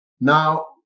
Now